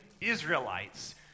Israelites